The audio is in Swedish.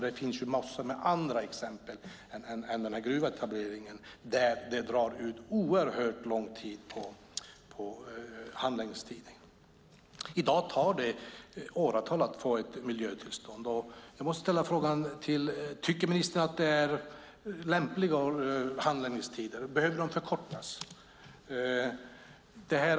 Det finns massor av andra exempel än denna gruvetablering där det drar ut oerhört lång tid på handläggningen. I dag tar det åratal att få ett miljötillstånd. Tycker ministern att det är rimliga handläggningstider, eller behöver de förkortas?